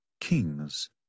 kings